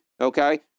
okay